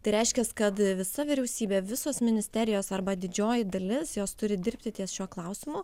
tai reiškias kad visa vyriausybė visos ministerijos arba didžioji dalis jos turi dirbti ties šiuo klausimu